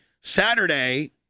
Saturday